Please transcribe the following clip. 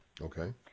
Okay